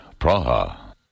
Praha